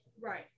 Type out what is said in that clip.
Right